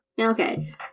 Okay